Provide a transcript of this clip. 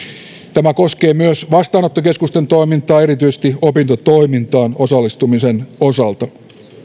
tämä koskee myös vastaanottokeskusten toimintaa erityisesti opintotoimintaan osallistumisen osalta